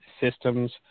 systems